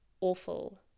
awful